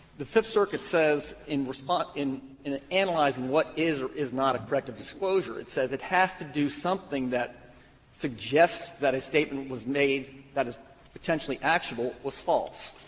the fifth circuit says, in response in in analyzing what is or is not a corrective disclosure, it says it has to do something that suggests that a statement was made that is potentially actionable was false.